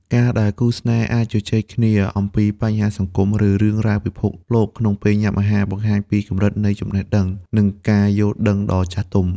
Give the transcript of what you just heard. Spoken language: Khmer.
ការដែលគូស្នេហ៍អាចជជែកគ្នាអំពីបញ្ហាសង្គម ឬរឿងរ៉ាវពិភពលោកក្នុងពេលញ៉ាំអាហារ បង្ហាញពីកម្រិតនៃចំណេះដឹង និងការយល់ដឹងដ៏ចាស់ទុំ។